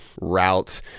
route